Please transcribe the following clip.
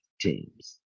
teams